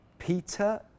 Peter